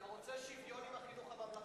אתה רוצה שוויון עם החינוך הממלכתי?